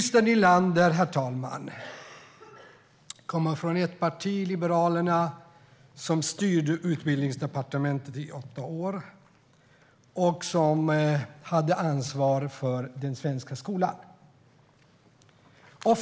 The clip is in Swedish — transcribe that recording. Herr talman! Christer Nylander kommer från ett parti, Liberalerna, som styrde Utbildningsdepartementet i åtta år och som hade ansvar för den svenska skolan.